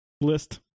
list